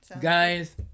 guys